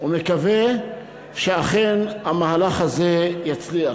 ומקווה שאכן המהלך הזה יצליח,